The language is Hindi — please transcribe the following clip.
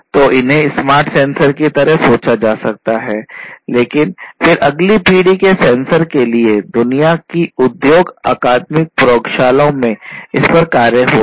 तो इन्हें स्मार्ट सेंसर की तरह सोचा जा सकता है लेकिन फिर अगली पीढ़ी के सेंसर के लिए दुनिया की उद्योग अकादमिक प्रयोगशालाओं में इस पर कार्य हो रहा